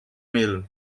mil